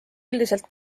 üldiselt